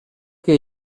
que